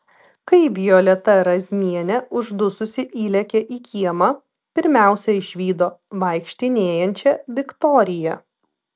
kai violeta razmienė uždususi įlėkė į kiemą pirmiausia išvydo vaikštinėjančią viktoriją